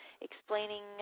explaining